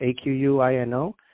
A-Q-U-I-N-O